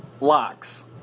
locks